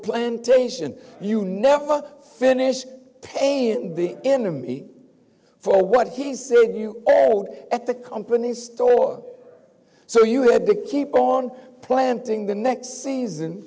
plantation you never finish paying the enemy for what he's seeing you at the company's store so you have to keep on planting the next season